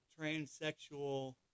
transsexual